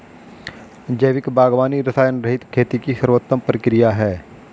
जैविक बागवानी रसायनरहित खेती की सर्वोत्तम प्रक्रिया है